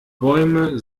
bäume